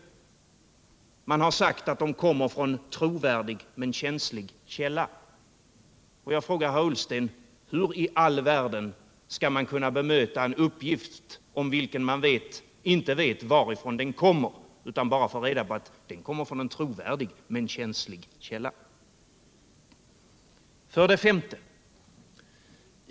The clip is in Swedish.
Man har sagt att uppgifterna kommer från ”en trovärdig men känslig källa”. Jag frågar herr Ullsten: Hur i all världen skall man kunna bemöta en uppgift om vilken man inte vet varifrån den kommer, bara att den kommer från ”en trovärdig men känslig källa”? 5.